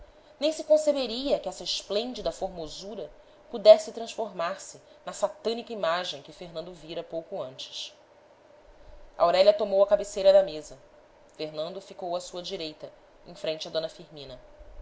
nem se conceberia que essa esplêndida formosura pudesse transformar-se na satânica imagem que fernando vira pouco antes aurélia tomou a cabeceira da mesa fernando ficou à sua direita em frente a d firmina